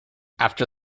after